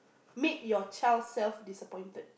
make your child self-disappointed